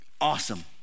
awesome